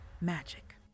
magic